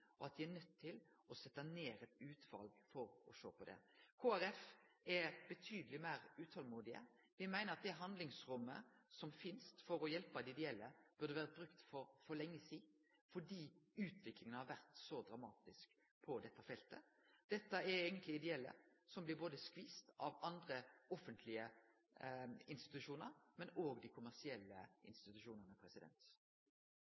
og at dei er nøydde til å setje ned eit utval for å sjå på det. Kristeleg Folkeparti er betydeleg meir utolmodige. Me meiner at det handlingsrommet som finst for å hjelpe dei ideelle, burde vore brukt for lenge sidan, fordi utviklinga har vore så dramatisk på dette feltet. Dette er eigentleg ideelle som blir skvisa av både andre offentlege institusjonar og dei kommersielle